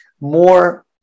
more